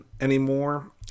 anymore